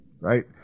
right